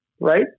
Right